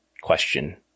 question